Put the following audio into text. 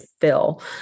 fill